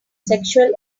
sexual